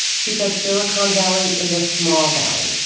she says si licon valley is a small valley,